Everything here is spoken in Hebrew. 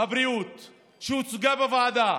הבריאות שהוצגה בוועדה.